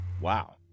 Wow